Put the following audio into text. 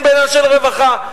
הן בעניין של רווחה,